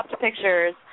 pictures